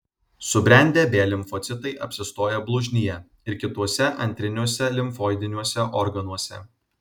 subrendę b limfocitai apsistoja blužnyje ir kituose antriniuose limfoidiniuose organuose